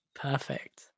Perfect